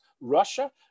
Russia